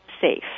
safe